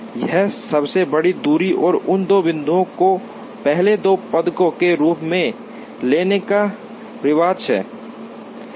यह सबसे बड़ी दूरी और उन दो बिंदुओं को पहले दो पदकों के रूप में लेने का रिवाज है